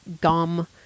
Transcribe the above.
gum